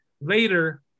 Later